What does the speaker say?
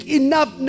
enough